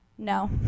No